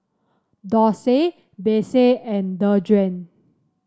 Dorsey Besse and Dejuan